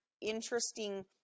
interesting